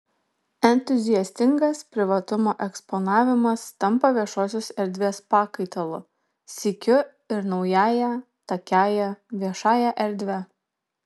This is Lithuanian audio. entuziastingas privatumo eksponavimas tampa viešosios erdvės pakaitalu sykiu ir naująją takiąja viešąja erdve